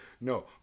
No